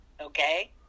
okay